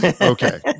Okay